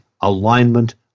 alignment